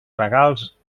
regals